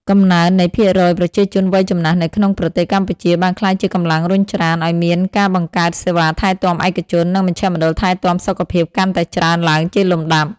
កំណើននៃភាគរយប្រជាជនវ័យចំណាស់នៅក្នុងប្រទេសកម្ពុជា បានក្លាយជាកម្លាំងរុញច្រានឱ្យមានការបង្កើតសេវាថែទាំឯកជន និងមជ្ឈមណ្ឌលថែទាំសុខភាពកាន់តែច្រើនឡើងជាលំដាប់។